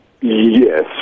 Yes